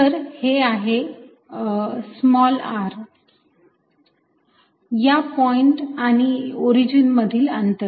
तर हे आहे r या पॉईंट आणि ओरिजिन मधील अंतर